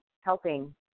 helping